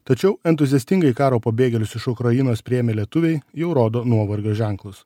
tačiau entuziastingai karo pabėgėlius iš ukrainos priėmę lietuviai jau rodo nuovargio ženklus